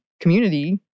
community